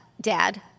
Dad